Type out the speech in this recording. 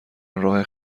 راه